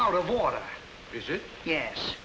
out of water is it yes